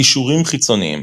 קישורים חיצוניים